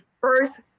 first